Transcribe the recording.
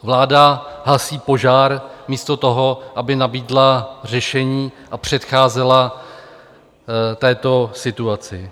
Vláda hasí požár místo toho, aby nabídla řešení a předcházela této situaci.